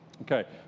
Okay